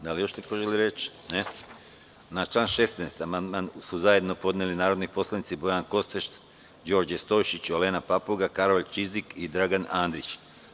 Da li još neko želi reč? (Ne.) Na član 16. amandman su zajedno podneli narodni poslanici Bojan Kostreš, Đorđe Stojšić, Olena Papuga, Karolj Čizik i Dragan Andrić.